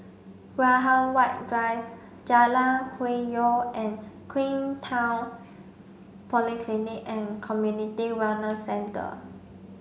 Graham White Drive Jalan Hwi Yoh and Queenstown Polyclinic and Community Wellness Centre